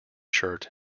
shirt